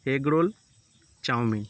egg roll chowmein